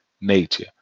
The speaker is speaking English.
nature